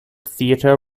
theatre